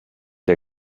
der